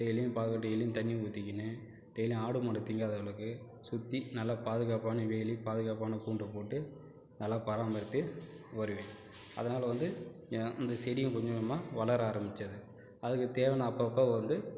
டெய்லியும் பார்க்க டெய்லியும் தண்ணி ஊற்றிக்கின்னு டெய்லியும் ஆடு மாடு திங்காத அளவுக்கு சுற்றி நல்லா பாதுகாப்பான வேலி பாதுகாப்பான கூண்டை போட்டு நல்லா பராமரித்து வருவேன் அதனால் வந்து இந்த செடியும் கொஞ்ச கொஞ்சமாக வளர ஆரம்பிச்சது அதுக்குத் தேவையான அப்போ அப்போ வந்து